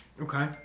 Okay